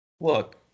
look